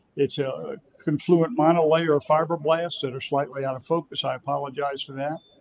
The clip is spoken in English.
it's a confluent monolayer fibroblast that are slightly out of focus, i apologize for that.